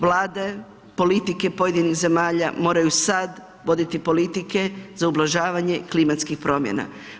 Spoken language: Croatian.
Vlade, politike pojedinih zemalja moraju sad voditi politike za ublažavanje klimatskih promjena.